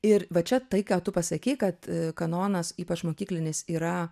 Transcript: ir va čia tai ką tu pasakei kad a kanonas ypač mokyklinis yra